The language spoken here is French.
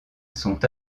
sont